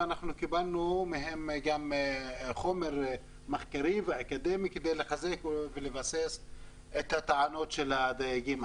וקיבלנו מהם גם חומר מחקרי ואקדמי כדי לחזק ולבסס את הטענות של הדייגים.